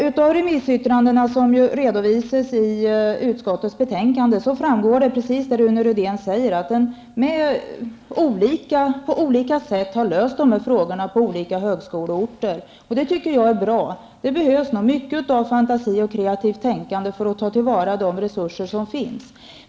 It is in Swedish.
Av de remissyttranden som redovisas i utskottets betänkande framgår det -- precis som Rune Rydén sade -- att man på olika högskoleorter har löst problemet på olika sätt. Det tycker jag är bra, för det behövs nog mycket av fantasi och kreativt tänkande för att kunna ta till vara de resurser som finns.